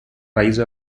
rise